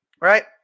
right